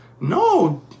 No